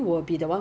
你的东西 orh